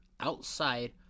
outside